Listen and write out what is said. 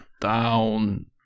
down